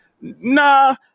nah